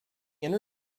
inner